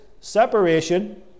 separation